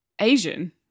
Asian